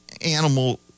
animal